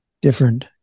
different